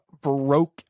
broke